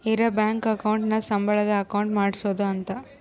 ಇರ bank account ನ ಸಂಬಳದ್ ಅಕೌಂಟ್ ಮಾಡ್ಸೋದ ಅಂತ